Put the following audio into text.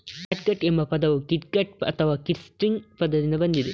catgut ಎಂಬ ಪದವು kitgut ಅಥವಾ ಕಿಟ್ಸ್ಟ್ರಿಂಗ್ ಪದದಿಂದ ಬಂದಿದೆ